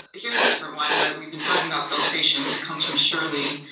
here's a different one, but we've been talking about filtrations. it comes from shirley.